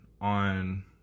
on